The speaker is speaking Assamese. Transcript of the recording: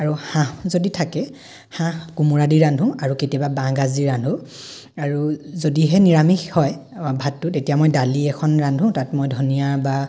আৰু হাঁহ যদি থাকে হাঁহ কোমোৰাদি ৰান্ধো আৰু কেতিয়াবা বাঁহ গাজ দি ৰান্ধো আৰু যদিহে নিৰামিষ হয় ভাতটো তেতিয়া মই দালি এখন ৰান্ধো তাত মই ধনিয়া বা